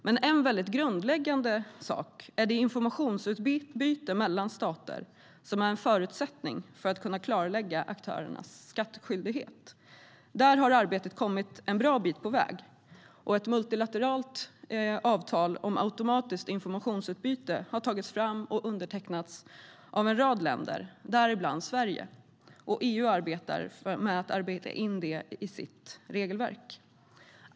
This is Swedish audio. Men en väldigt grundläggande sak är det informationsutbyte mellan stater som är en förutsättning för att kunna klarlägga aktörers skattskyldighet. Där har arbetet kommit en bra bit på väg. Ett multilateralt avtal om automatiskt informationsutbyte har tagits fram och undertecknats av en rad länder, däribland Sverige, och EU håller på att arbeta in det i sitt regelverk.